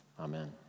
amen